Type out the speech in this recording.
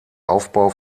aufbau